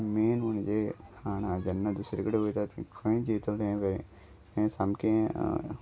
main म्हणजे खाणा जेन्ना दुसरे कडेन वयता खंय जितले हें हे सामकें